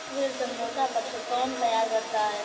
ऋण समझौता पत्र कौन तैयार करता है?